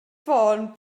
ffôn